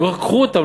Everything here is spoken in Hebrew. יאמרו: קחו אותן,